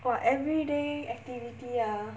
!wah! everyday activity ah